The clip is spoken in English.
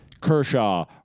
Kershaw